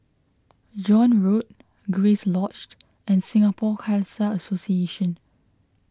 John Road Grace Lodged and Singapore Khalsa Association